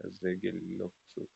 ya zege lililopasuka.